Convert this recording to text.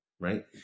right